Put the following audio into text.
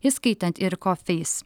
įskaitant ir coface